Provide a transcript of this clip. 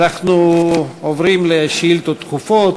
אנחנו עוברים לשאילתות דחופות.